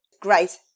Great